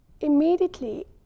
immediately